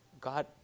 God